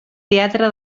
teatre